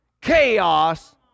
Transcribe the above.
chaos